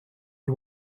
you